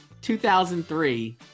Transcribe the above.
2003